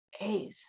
A's